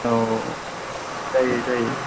औ जायो जायो